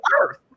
earth